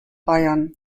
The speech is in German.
bayern